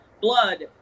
blood